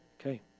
Okay